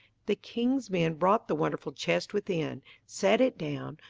the king's men brought the wonderful chest within, set it down,